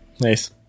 Nice